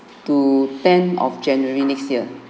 to ten of january next year